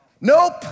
Nope